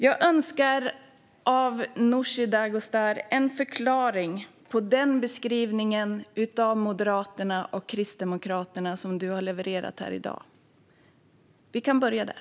Jag önskar av Nooshi Dadgostar en förklaring på den beskrivning av Moderaterna och Kristdemokraterna som hon har levererat här i dag. Vi kan börja där.